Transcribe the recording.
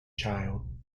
child